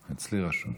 פה רשום, אצלי רשום.